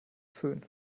föhn